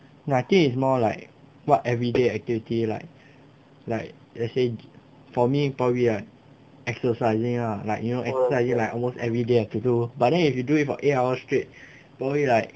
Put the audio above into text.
ya I think is more like what everyday activity like like let say for me probably like exercising lah like you know like almost everyday you have to do but then if you do it for eight hour straight probably like